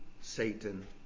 Satan